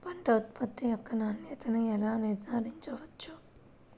పంట ఉత్పత్తి యొక్క నాణ్యతను ఎలా నిర్ధారించవచ్చు?